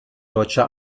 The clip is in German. deutscher